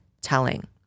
telling